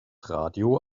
radio